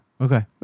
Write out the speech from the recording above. okay